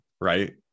right